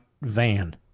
van